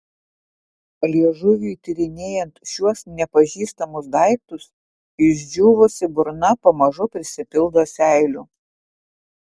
liežuviui tyrinėjant šiuos nepažįstamus daiktus išdžiūvusi burna pamažu prisipildo seilių